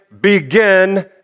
begin